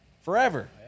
forever